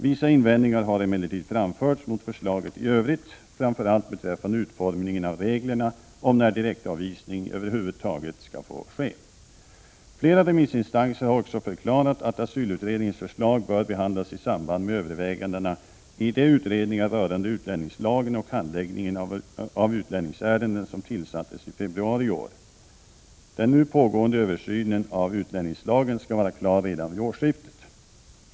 Vissa invändningar har emellertid framförts mot förslaget i övrigt, framför allt beträffande utformningen av reglerna om när direktavvisning över huvud taget skall få ske. Flera remissinstanser har också förklarat att asylutredningens förslag bör behandlas i samband med övervägandena i de utredningar rörande utlänningslagen och handläggningen av utlänningsärenden som tillsattes i februari i år. Den nu pågående översynen av utlänningslagen skall vara klar redan vid årsskiftet.